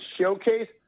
showcase